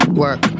work